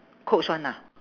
coach one ah